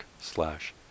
slash